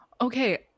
Okay